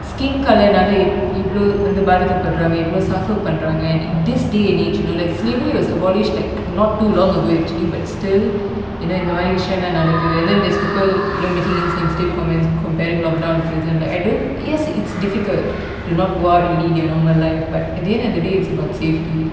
skin colour னால இவ்ளோ வந்து பாதிக்க படுறாங்க:nala ivlo vanthu paathika paduraanga suffer பன்றாங்க:panranga this day and age you know like slavery was abolished like not too long ago actually but still you know இந்த மாதிரி விஷயம் லாம் நடக்குது:intha mathiri vishayam lam nadakuthu and then there's people you know making insensitive comments comparing lockdown to prison like I don't yes it's difficult to not go out and lead your normal life but at the end of the day it's about safety